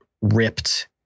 ripped